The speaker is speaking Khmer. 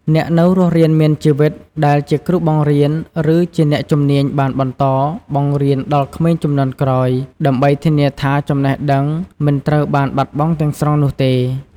អ្នកនៅរស់រានមានជីវិតដែលជាគ្រូបង្រៀន ឬអ្នកជំនាញបានបន្តបង្រៀនដល់ក្មេងជំនាន់ក្រោយ ដើម្បីធានាថាចំណេះដឹងមិនត្រូវបានបាត់បង់ទាំងស្រុងនោះទេ។